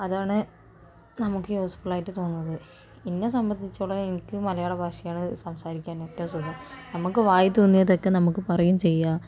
അതാണ് നമുക്ക് യൂസ്ഫുള്ളായിട്ട് തോന്നുന്നത് എന്നെ സംബന്ധിച്ചോളം എനിക്ക് മലയാള ഭാഷയാണ് സംസാരിക്കാൻ ഏറ്റവും സുഖം നമുക്ക് വായിൽ തോന്നിയതൊക്കെ നമുക്ക് പറയുകയും ചെയ്യാം